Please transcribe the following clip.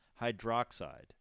hydroxide